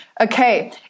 Okay